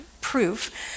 proof